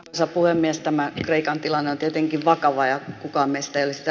sopu äänestämään kreikan tilanne on tietenkin vakava ja komensi pelistä